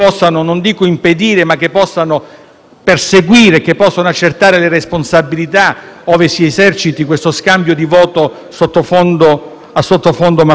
perseguire quei reati e accertare le responsabilità, ove si eserciti questo scambio di voto a sottofondo mafioso? Io credo di no